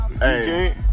Hey